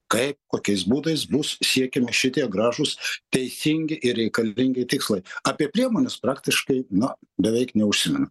kaip kokiais būdais bus siekiami šitie gražūs teisingi ir reikalingi tikslai apie priemones praktiškai nu beveik neužsimena